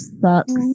sucks